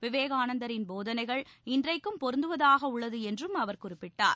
விவேகானந்தரின் போதனை இன்றைக்கும் பொருந்துவதாக உள்ளது என்றும் அவர் குறிப்பிட்டார்